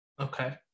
Okay